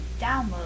download